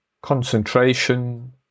concentration